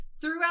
Throughout